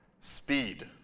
speed